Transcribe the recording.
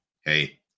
Hey